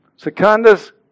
Secundus